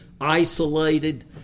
isolated